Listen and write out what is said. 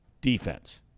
defense